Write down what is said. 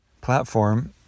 platform